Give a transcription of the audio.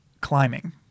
climbing